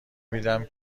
میدم